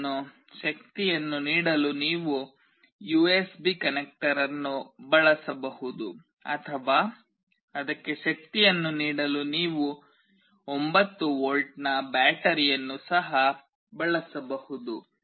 ಅದನ್ನು ಶಕ್ತಿಯನ್ನು ನೀಡಲು ನೀವು ಯುಎಸ್ಬಿ ಕನೆಕ್ಟರ್ ಅನ್ನು ಬಳಸಬಹುದು ಅಥವಾ ಅದನ್ನು ಶಕ್ತಿಯನ್ನು ನೀಡಲು ನೀವು 9 ವೋಲ್ಟ್ ಬ್ಯಾಟರಿಯನ್ನು ಸಹ ಬಳಸಬಹುದು